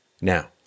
Now